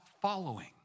following